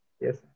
Yes